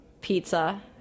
pizza